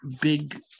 big